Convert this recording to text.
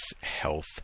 health